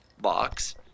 box